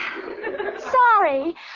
Sorry